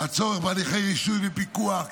הצורך בהליכי רישוי ופיקוח,